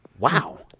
wow.